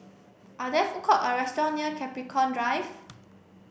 are there food court or restaurant near Capricorn Drive